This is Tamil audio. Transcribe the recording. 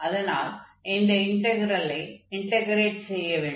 அதனால் இந்த இன்டக்ரெலை இன்டக்ரேட் செய்ய வேண்டும்